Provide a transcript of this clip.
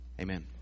Amen